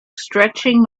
stretching